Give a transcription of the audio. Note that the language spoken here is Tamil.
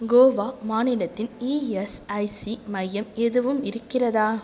கோவா மாநிலத்தின் இஎஸ்ஐசி மையம் எதுவும் இருக்கிறதா